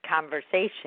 conversation